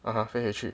(uh huh) 飞回去